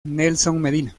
medina